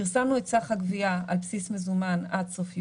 פרסמנו את סך הגבייה על בסיס מזומן עד סוף יוני,